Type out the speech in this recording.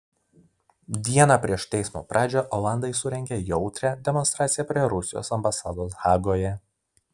dieną prieš teismo pradžią olandai surengė jautrią demonstraciją prie rusijos ambasados hagoje